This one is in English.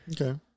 okay